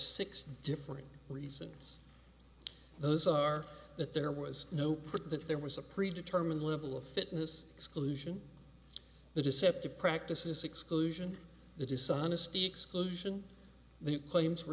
six different reasons those are that there was no print that there was a pre determined level of fitness exclusion the deceptive practices exclusion the dishonesty exclusion the claims were